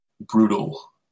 brutal